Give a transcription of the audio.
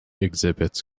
exhibits